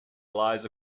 lies